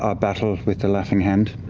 ah battle with the laughing hand.